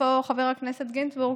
איפה חבר הכנסת גינזבורג?